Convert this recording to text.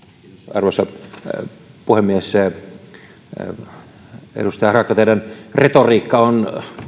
arvoisa puhemies edustaja harakka teidän retoriikkanne on